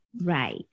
Right